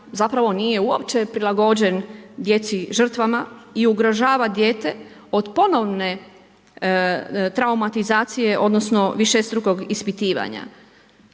zapravo nije uopće prilagođen djeci žrtvama i ugrožava dijete od ponovne traumatizacije odnosno višestrukog ispitivanja.